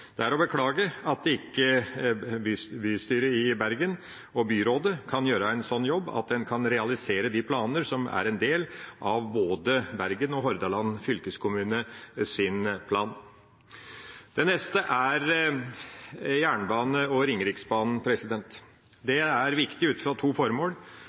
Det er å beklage at ikke bystyret i Bergen og byrådet kan gjøre en slik jobb at en kan realisere de planene som er en del av planen til både Bergen og Hordaland fylkeskommune. Det neste er jernbane og Ringeriksbanen. Den er viktig av to